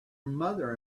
mother